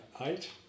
eight